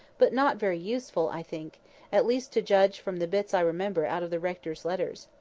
but not very useful, i think at least to judge from the bits i remember out of the rector's letters.